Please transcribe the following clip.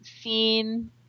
seen